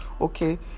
okay